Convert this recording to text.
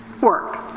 work